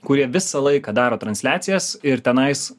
kurie visą laiką daro transliacijas ir tenais